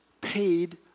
paid